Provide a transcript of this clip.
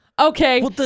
Okay